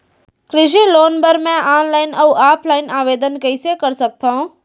कृषि लोन बर मैं ऑनलाइन अऊ ऑफलाइन आवेदन कइसे कर सकथव?